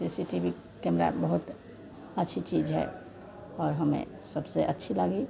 सी C T V camera बहुत अच्छी चीज़ है और हमें सबसे अच्छी लगी